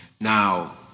Now